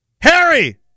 Harry